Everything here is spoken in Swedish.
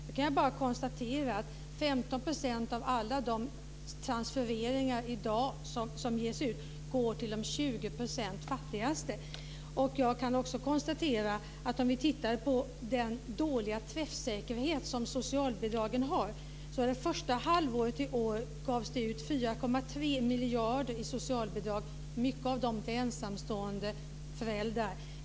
Jag kan bara konstatera att 15 % av alla de transfereringar som i dag ges ut går till 20 % av de fattigaste. Om vi tittar på den dåliga träffsäkerhet som socialbidragen har gavs det första halvåret i år ut 4,3 miljarder i socialbidrag. Mycket av det gick till ensamstående föräldrar.